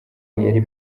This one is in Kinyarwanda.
yari